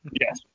Yes